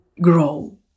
grow